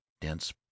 dense